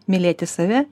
mylėti save